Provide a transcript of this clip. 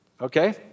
okay